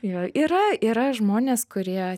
jo yra yra žmonės kurie